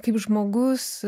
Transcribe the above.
kaip žmogus